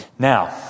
Now